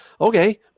Okay